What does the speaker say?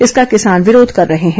इसका किसान विरोध कर रहें है